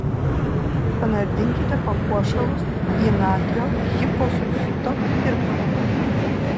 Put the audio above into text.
panardinkite papuošalus į natrio hiposulfito tirpalą